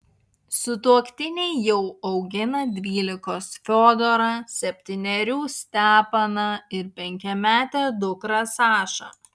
sutuoktiniai jau augina dvylikos fiodorą septynerių stepaną ir penkiametę dukrą sašą